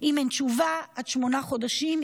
אם אין תשובה עד שמונה חודשים,